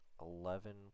Eleven